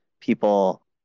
people